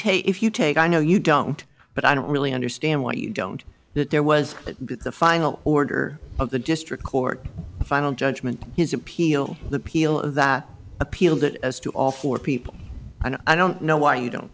take if you take i know you don't but i don't really understand what you don't that there was but the final order of the district court the final judgment his appeal the peel of that appeal that as to all four people and i don't know why you don't